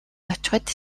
очиход